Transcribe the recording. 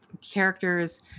characters